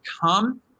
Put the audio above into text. come